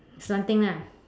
slanting ah